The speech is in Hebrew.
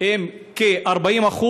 עם כ-40%,